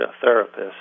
therapist